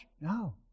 No